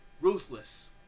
ruthless